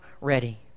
ready